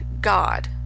God